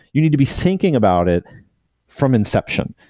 you need to be thinking about it from inception.